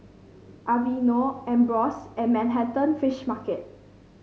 Aveeno Ambros and Manhattan Fish Market